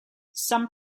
some